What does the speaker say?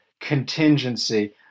contingency